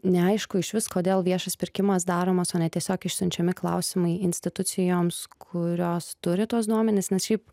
neaišku išvis kodėl viešas pirkimas daromas o ne tiesiog išsiunčiami klausimai institucijoms kurios turi tuos duomenis nes šiaip